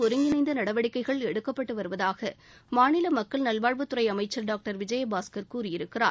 ஒருங்கிணைந்த நடவடிக்கைகள் எடுக்கப்பட்டு வருவதாக மாநில மக்கள் நல்வாழ்வுத்துறை அமைச்சர் டாக்டர் விஜயபாஸ்கர் கூறியிருக்கிறார்